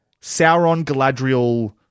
Sauron-Galadriel